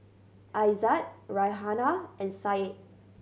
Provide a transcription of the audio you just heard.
Aizat Raihana and Said